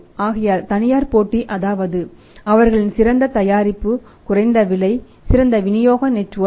ஆகையால் தனியார் போட்டி அதாவது அவர்களின் சிறந்த தயாரிப்பு குறைந்த விலை சிறந்த விநியோக நெட்வொர்க்